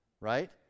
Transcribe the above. right